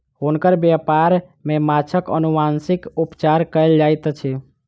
हुनकर व्यापार में माँछक अनुवांशिक उपचार कयल जाइत अछि